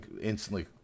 instantly